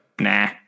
nah